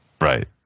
Right